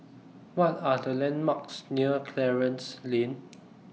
What Are The landmarks near Clarence Lane